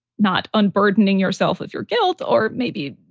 not unburdening yourself of your guilt or maybe,